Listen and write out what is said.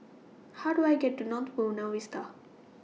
How Do I get to North Buona Vista